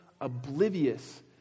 oblivious